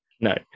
No